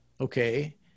Okay